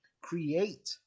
create